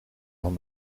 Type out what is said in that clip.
van